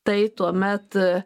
tai tuomet